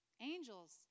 angels